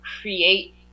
create